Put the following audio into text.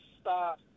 start